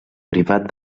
privat